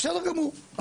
בסדר גמור,